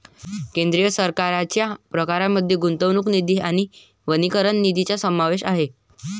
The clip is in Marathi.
केंद्र सरकारच्या प्रकारांमध्ये गुंतवणूक निधी आणि वनीकरण निधीचा समावेश आहे